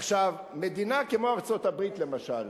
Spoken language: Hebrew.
עכשיו, מדינה כמו ארצות-הברית, למשל,